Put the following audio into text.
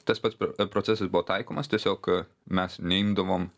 tas pats pro procesas buvo taikomas tiesiog mes neimdavom